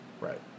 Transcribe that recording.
Right